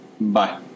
Bye